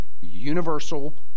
universal